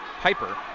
Piper